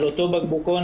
אז אותו בקבוקון,